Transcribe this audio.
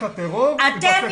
יפסק הטרור, יפסק הכניסות.